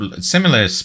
similar